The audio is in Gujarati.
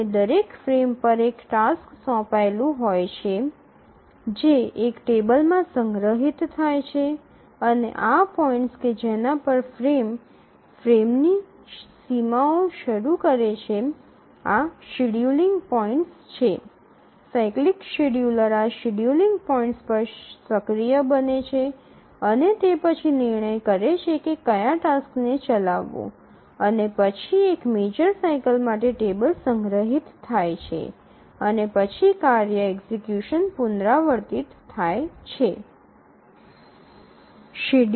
અને દરેક ફ્રેમ પર એક ટાસ્ક સોંપાયેલું હોય છે જે એક ટેબલમાં સંગ્રહિત થાય છે અને આ પોઇન્ટ્સ કે જેના પર ફ્રેમ ફ્રેમની સીમાઓ શરૂ કરે છે આ શેડ્યૂલિંગ પોઇન્ટ્સ છે સાયક્લિક શેડ્યૂલર આ શેડ્યૂલિંગ પોઇન્ટ્સ પર સક્રિય બને છે અને તે પછી નિર્ણય કરે છે કે કયા ટાસ્કને ચલાવવું અને પછી એક મેજર સાઇકલ માટે ટેબલ સંગ્રહિત થાય છે અને પછી કાર્ય એક્ઝિકયુશન પુનરાવર્તિત થાય છે